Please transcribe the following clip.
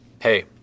hey